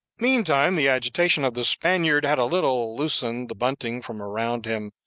meantime the agitation of the spaniard had a little loosened the bunting from around him,